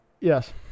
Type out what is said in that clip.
yes